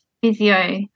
Physio